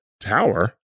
tower